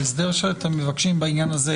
ההסדר שאתם מבקשים בעניין הזה,